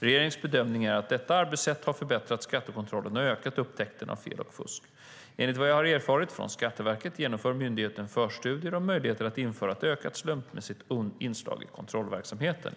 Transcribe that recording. Regeringens bedömning är att detta arbetssätt har förbättrat skattekontrollen och ökat upptäckten av fel och fusk. Enligt vad jag har erfarit från Skatteverket genomför myndigheten förstudier om möjligheterna att införa ett ökat slumpmässigt inslag i kontrollverksamheten.